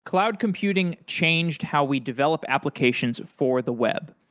cloud computing changed how we develop applications for the web.